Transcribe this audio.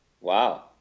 Wow